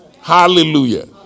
Hallelujah